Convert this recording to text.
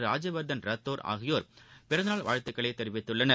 ராஜ்யவர்தன் ரத்தோர் ஆகியோர் பிறந்த நாள் வாழ்த்துகளை தெரிவித்துள்ளனர்